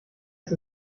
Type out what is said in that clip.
ist